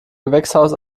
gewächshaus